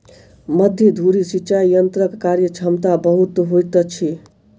मध्य धुरी सिचाई यंत्रक कार्यक्षमता बहुत होइत अछि